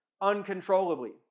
uncontrollably